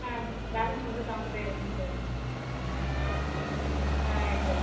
ஆ balance வந்து seventy five வரணும் sir ஆ எஸ் சார்